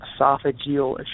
esophageal